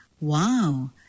wow